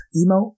emo